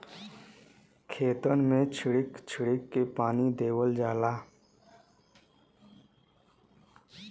खेतन मे छीड़क छीड़क के पानी देवल जाला